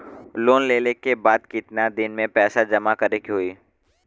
Loan लेले के बाद कितना दिन में पैसा जमा करे के होई?